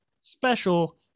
special